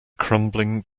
crumbling